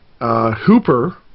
Hooper